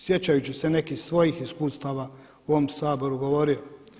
Sjećajući se nekih svojih iskustava u ovom Saboru govorio.